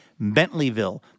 Bentleyville